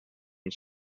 his